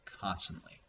constantly